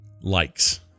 likes